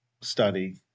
study